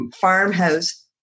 farmhouse